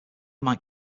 mike